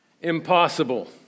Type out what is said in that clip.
impossible